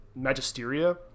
magisteria